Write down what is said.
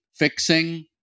Fixing